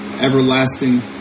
everlasting